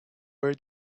where